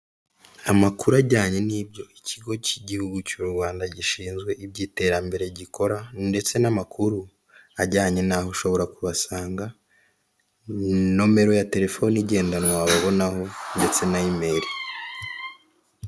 Amakuru ajyanye n'ibyo ikigo cy'igihugu cy'u Rwanda gishinzwe iby'iterambere gikora ndetse n'amakuru ajyanye n'aho ushobora kubasanga, nomero ya telefone igendanwa wababonaho ndetse na emeri.